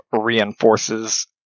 reinforces